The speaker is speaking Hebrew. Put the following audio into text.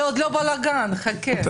זה עוד לא בלגאן, חכה.